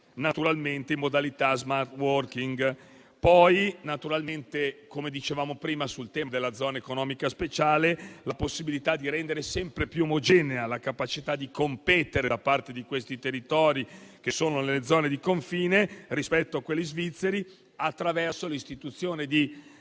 ancorché in modalità di *smart working*. Poi, come dicevamo prima, sul tema della zona economica speciale, si chiede di rendere sempre più omogenea la capacità di competere da parte di questi territori, che sono le zone di confine rispetto ai territori svizzeri, attraverso l'istituzione di